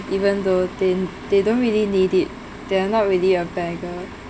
even though they they don't really need it they're not really a beggar